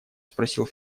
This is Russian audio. спросил